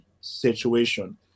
situation